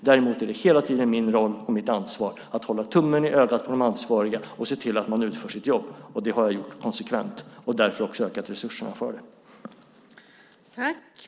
Däremot är det hela tiden min roll och mitt ansvar att hålla tummen i ögat på de ansvariga och se till att de utför sitt jobb. Det har jag gjort konsekvent och därför också ökat resurserna för detta.